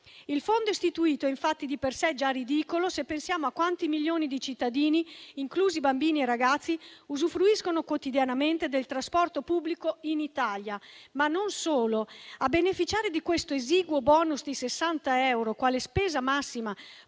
Il fondo istituito è di per sé già ridicolo, se pensiamo a quanti milioni di cittadini, inclusi bambini e ragazzi, usufruiscono quotidianamente del trasporto pubblico in Italia, ma non solo. A beneficiare di questo esiguo *bonus* di 60 euro quale spesa massima